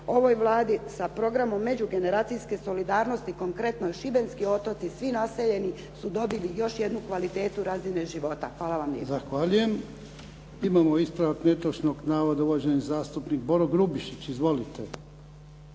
ovoj Vladi sa programom međugeneracijske solidarnosti, konkretno šibenski otoci, svi naseljeni su dobili još jednu kvalitetu razine života. Hvala vam lijepo. **Jarnjak, Ivan (HDZ)** Zahvaljujem. Imamo ispravak netočnog navoda, uvaženi zastupnik Boro Grubišić. Izvolite.